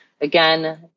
Again